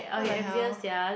what the hell